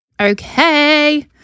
Okay